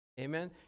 Amen